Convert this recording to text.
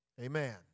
Amen